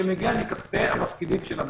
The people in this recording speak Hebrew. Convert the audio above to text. שמגיע מכספי המפקידים של הבנק.